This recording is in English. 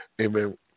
Amen